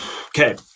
Okay